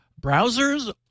browsers